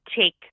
take